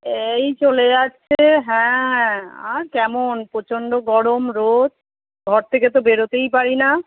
এই চলে যাচ্ছে হ্যাঁ আর কেমন প্রচণ্ড গরম রোদ ঘর থেকে তো বেরোতেই পারি না